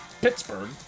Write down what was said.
Pittsburgh